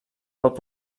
pot